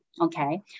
okay